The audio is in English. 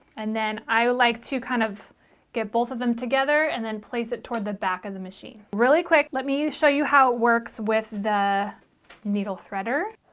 and then i would like to kind of get both of them together and then place it toward the back of the machine. really quick, let me show you how it works with the needle threader.